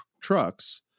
trucks